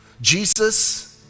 Jesus